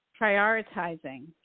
prioritizing